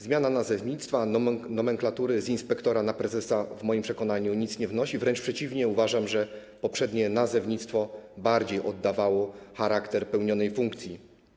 Zmiana nazewnictwa, nomenklatury: z „inspektora” na „prezesa” w moim przekonaniu nic nie wnosi, wręcz przeciwnie, uważam, że poprzednie nazewnictwo bardziej oddawało charakter pełnionej funkcji.